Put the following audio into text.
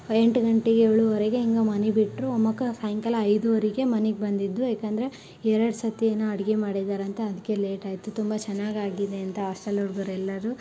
ಎಂಟು ಗಂಟೆ ಏಳುವರೆಗೆ ಹೆಂಗೋ ಮನೆ ಬಿಟ್ಟರು ಆಮೇಲೆ ಸಾಯಂಕಾಲ ಐದುವರೆಗೆ ಮನೆಗೆ ಬಂದಿದ್ದು ಯಾಕೆಂದರೆ ಎರಡು ಸರ್ತಿನ ಅಡುಗೆ ಮಾಡಿದ್ದಾರಂತ ಅದಕ್ಕೆ ಲೇಟ್ ಆಯಿತು ತುಂಬ ಚೆನ್ನಾಗಿ ಆಗಿದೆ ಅಂತ ಆಸ್ಟೆಲ್ ಹುಡ್ಗ್ರು ಎಲ್ಲರೂ